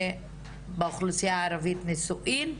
ובאוכלוסייה הערבית נישואין,